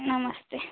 नमस्ते